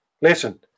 listen